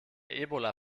ebola